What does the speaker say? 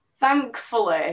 thankfully